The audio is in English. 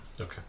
Okay